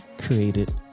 created